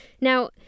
Now